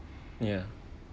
ya